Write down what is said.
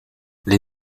les